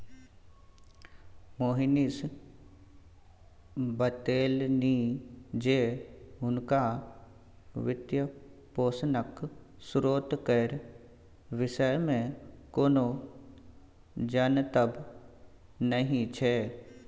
मोहनीश बतेलनि जे हुनका वित्तपोषणक स्रोत केर विषयमे कोनो जनतब नहि छै